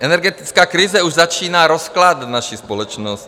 Energetická krize už začíná rozkládat naši společnost.